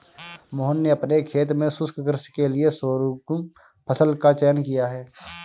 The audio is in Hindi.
मोहन ने अपने खेत में शुष्क कृषि के लिए शोरगुम फसल का चयन किया है